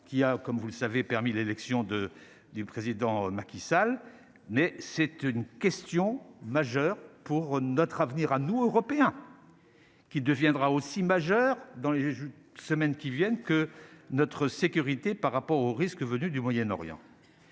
y a, comme vous le savez, permis l'élection de du président Macky Sall, mais c'est une question majeure pour notre avenir à nous, Européens, qui deviendra aussi majeur dans les semaines qui viennent, que notre sécurité par rapport aux risques venus du Moyen-Orient.